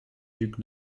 duc